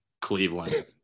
Cleveland